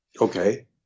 Okay